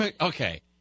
okay